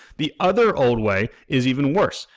the other old way is even worse,